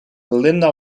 belinda